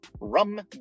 rum